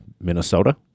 Minnesota